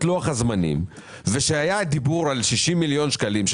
לוח הזמנים ושהיה דיבור על 60 מיליון שקלים,